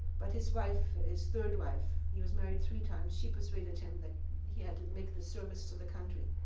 but his wife, his third wife he was married three times she persuaded him that he had to make the service to the country.